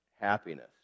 happiness